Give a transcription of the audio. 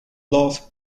love